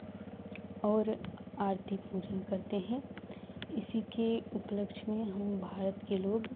और आरती पूजन करते हैं इसी के उपलक्ष्य में हम भारत के लोग